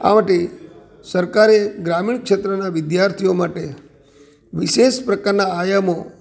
આ માટે સરકારે ગ્રામીણ ક્ષેત્રનાં વિદ્યાર્થીઓ માટે વિશેષ પ્રકારનાં આયામો